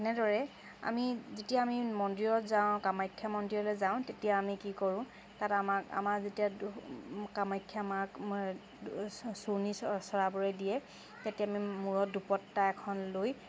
এনেদৰে আমি যেতিয়া আমি মন্দিৰত যাওঁ কামাখ্যা মন্দিৰলৈ যাওঁ তেতিয়া আমি কি কৰোঁ তাত আমাক আমাৰ যেতিয়া কামাখ্যা মাক মই চুৰ্ণী চৰাবলৈ দিয়ে তেতিয়া আমি মূৰত দুপট্টা এখন লৈ